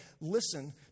Listen